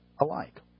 alike